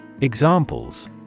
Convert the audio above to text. Examples